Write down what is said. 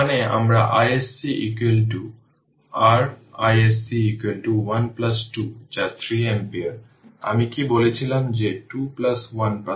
সুতরাং t এ infinity দিকে থাকে যা ω R infinity half L I0 square ω 0 ω প্রাথমিকভাবে এছাড়াও দেখানো হয়েছে